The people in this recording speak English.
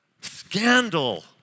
scandal